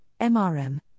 MRM